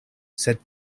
sed